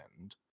end